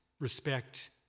respect